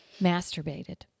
masturbated